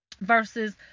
versus